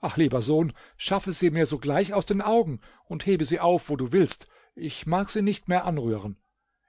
ach lieber sohn schaffe sie mir sogleich aus den augen und hebe sie auf wo du willst ich mag sie nicht mehr anrühren